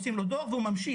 נותנים לו דו"ח והוא ממשיך.